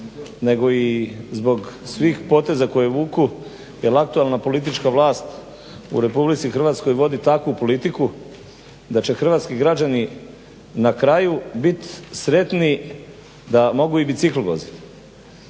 nego i zbog svih poteza koje vuku jel aktualna politička vlast u RH vodi takvu politiku da će hrvatski građani na kraju biti sretni da mogu i bicikl vozite.